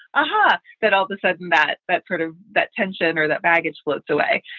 ah huh, that all of a sudden that that sort of that tension or that baggage slips away.